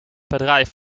bedrijf